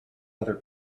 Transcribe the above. other